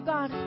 God